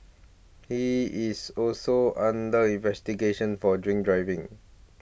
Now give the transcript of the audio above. he is also under investigation for drink driving